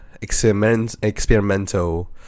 experimental